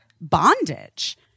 bondage